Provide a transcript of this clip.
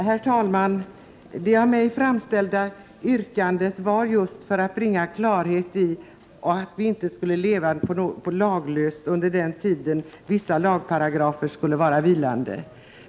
Herr talman! Jag framställde mitt yrkande just för att bringa klarhet och för att vi inte skulle leva laglöst under den tid då vissa lagparagrafer skulle vara vilande.